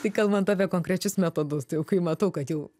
tai kalbant apie konkrečius metodus tai jau kai matau kad jau